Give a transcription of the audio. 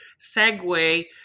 segue